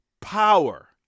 Power